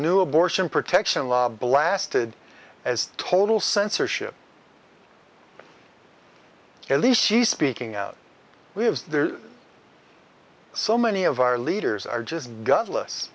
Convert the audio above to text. new abortion protection law blasted as total censorship at least she's speaking out we have so many of our leaders are just godless